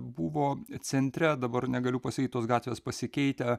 buvo centre dabar negaliu pasakyt tos gatvės pasikeitė